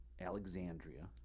Alexandria